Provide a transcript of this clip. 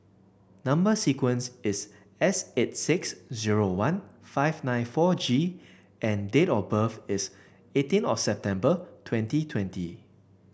number sequence is S eight six zero one five nine four G and date of birth is eighteen of September twenty twenty